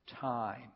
time